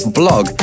blog